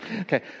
Okay